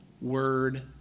word